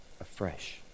afresh